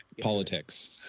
politics